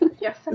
Yes